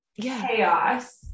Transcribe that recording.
chaos